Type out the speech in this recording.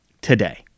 today